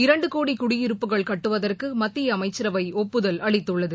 இரண்டு கோடி குடியிருப்புகள் கட்டுவதற்கு மத்திய அமைச்சரவை ஒப்புதல் அளித்துள்ளது